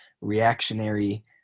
reactionary